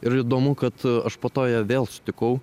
ir įdomu kad aš po to ją vėl sutikau